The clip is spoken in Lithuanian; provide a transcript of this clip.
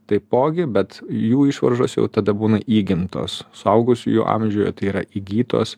taipogi bet jų išvaržos jau tada būna įgimtos suaugusiųjų amžiuje tai yra įgytos